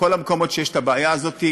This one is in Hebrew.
בכל המקומות שיש הבעיה הזאת,